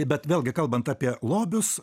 bet vėlgi kalbant apie lobius